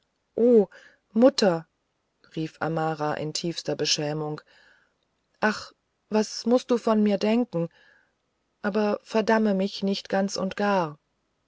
mutter rief amara in tiefster beschämung ach was mußt du von mir denken aber verdamme mich nicht ganz und gar